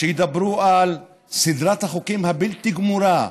שידברו על סדרת החוקים הבלתי-גמורה,